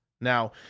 now